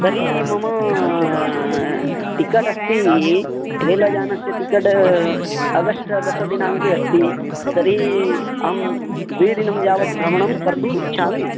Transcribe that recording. तर्हि मम टिकट् अस्ति रेलयानस्य टिकट् आगस्ट् दशदिनाङ्के अस्ति तर्हि अहं द्विदिनं यावद् भ्रमणं कर्तुम् इच्छामि